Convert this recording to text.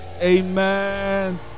Amen